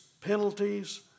penalties